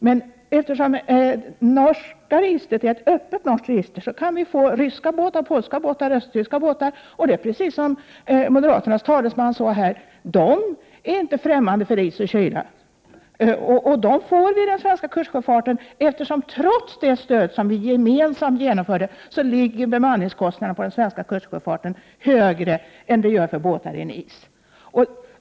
Men eftersom det norska registret är ett öppet register kan vi få ryska, polska och östtyska båtar. Och det är precis som moderaternas talesman sade: De är inte främmande för is och kyla, och de får bättre betalt vid den svenska kustsjöfarten eftersom bemanningskostnaderna här ligger högre än för båtar i NIS, trots det stöd som vi gemensamt genomförde.